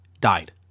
died